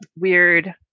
weird